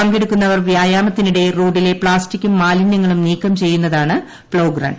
പങ്കെടുക്കുന്നവർ വ്യായാമത്തിനിടെ റോഡിലെ പ്ലാസ്റ്റിക്കും മാലിന്യങ്ങളും നീക്കം ചെയ്യുന്നതാണ് പ്ലോഗ് റൺ